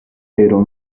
pero